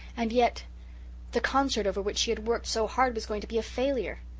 and yet the concert over which she had worked so hard was going to be a failure.